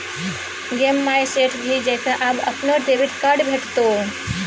गे माय सेठ जी जकां आब अपनो डेबिट कार्ड भेटितौ